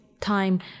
time